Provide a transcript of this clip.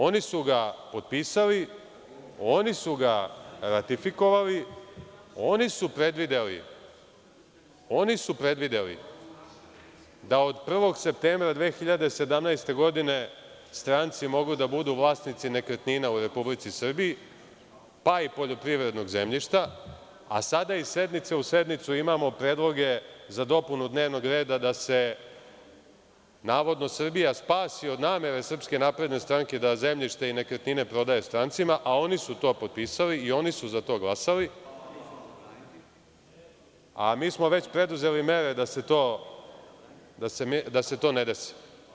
Oni su ga potpisali, oni su ga ratifikovali i oni su predvideli da od 1. septembra 2017. godine, stranci mogu da budu vlasnici nekretnina u Republici Srbiji, pa i poljoprivrednog zemljišta, a sada iz sednice u sednicu imamo predloge za dopune dnevnog reda da se navodno Srbija spasi od namere SNS da zemljište i nekretnine prodaje strancima, a oni su to potpisali i oni su za to glasali, a mi smo već preduzeli mere da se to ne desi.